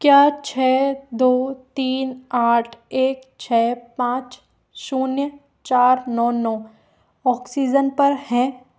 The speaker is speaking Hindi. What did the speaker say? क्या छः दौ तीन आठ एक छः पाँच शुन्य चार नौ नौ ऑक्सीजन पर है